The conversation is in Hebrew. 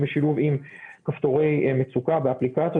בשילוב עם כפתורי מצוקה באפליקציות.